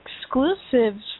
exclusives